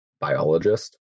biologist